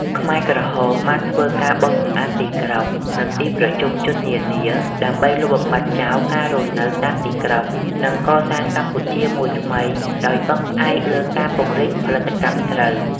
ខ្មែរក្រហមបានធ្វើការបោសសម្អាតទីក្រុង និងទីប្រជុំជននានា ដើម្បីលុបបំបាត់ចោលការរស់នៅតាមទីក្រុង និងកសាងកម្ពុជាមួយថ្មីដោយពឹងផ្អែកលើការពង្រីកផលិតកម្មស្រូវ ។